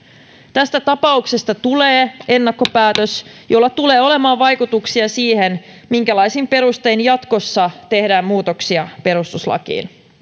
tästä tapauksesta tulee ennakkopäätös jolla tulee olemaan vaikutuksia siihen minkälaisin perustein jatkossa tehdään muutoksia perustuslakiin